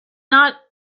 not